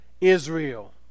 Israel